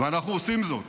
ואנחנו עושים זאת.